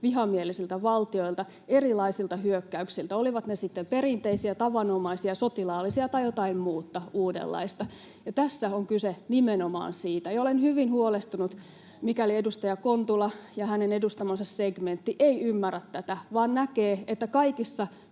vihamielisiltä valtioilta, erilaisilta hyökkäyksiltä — olivat ne sitten perinteisiä, tavanomaisia sotilaallisia tai jotain muuta, uudenlaista — ja tässä on kyse nimenomaan siitä. Ja olen hyvin huolestunut, mikäli edustaja Kontula ja hänen edustamansa segmentti ei ymmärrä tätä vaan näkee, että kaikissa